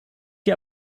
dir